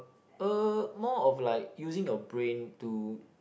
uh more of like using your brain to